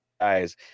guys